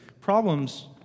problems